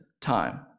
time